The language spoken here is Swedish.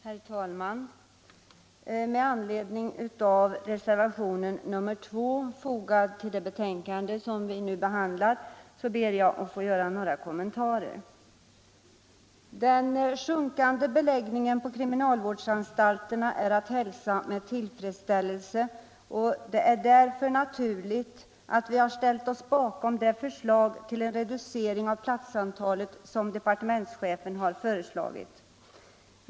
Herr talman! Med anledning av reservationen 2 som är fogad till det betänkande vi nu behandlar ber jag att få göra några kommentarer. ”Den sjunkande beläggningen på kriminalvårdsanstalterna är att hälsa med tillfredsställelse, och det är därför naturligt att vi har ställt oss bakom det förslag till en reducering av platsantalet som departementschefen har föreslagit.